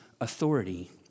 authority